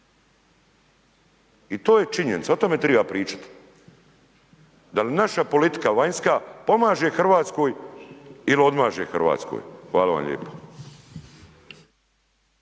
I to je činjenica o tome treba pričati. Da li naša politika vanjska pomaže Hrvatskoj il odmaže Hrvatskoj? Hvala vam lijepo.